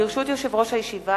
ברשות יושב-ראש הישיבה,